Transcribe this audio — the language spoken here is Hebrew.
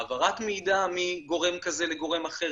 העברת מידע מגורם כזה לגורם אחר,